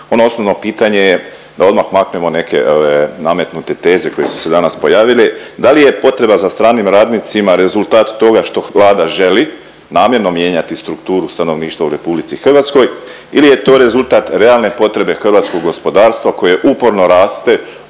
Ono osnovno pitanje je da odmah maknemo neke nametnute teze koje su se danas pojavile, da li je potreba za stranim radnicima rezultat toga što Vlada želi namjerno mijenjati strukturu stanovništva u RH ili je to rezultat realne potrebe hrvatskog gospodarstva koje uporno raste